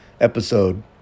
episode